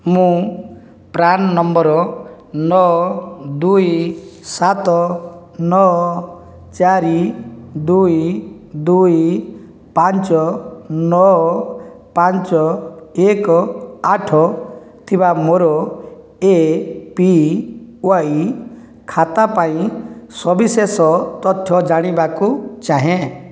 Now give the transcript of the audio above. ମୁଁ PRAN number ନଅ ଦୁଇ ସାତ ନଅ ଚାରି ଦୁଇ ଦୁଇ ପାଞ୍ଚ ନଅ ପାଞ୍ଚ ଏକ ଆଠ ଥିବା ମୋର ଏ ପି ୱାଇ ଖାତା ପାଇଁ ସବିଶେଷ ତଥ୍ୟ ଜାଣିବାକୁ ଚାହେଁ